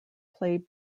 play